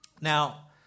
Now